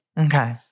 Okay